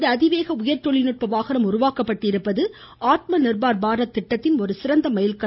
இந்த அதிவேக உயர்தொழில்நுட்ப வாகனம் உருவாக்கப்பட்டிருப்பது ஆத்ம நிர்பார் பாரத் திட்டத்தின் ஒரு சிறந்த மைல் கல்லாகும்